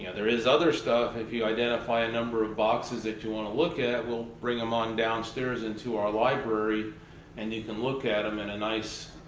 ah there is other stuff, if you identify a number of boxes that you want to look at, we'll bring them on downstairs into our library and you can look at them in a nice,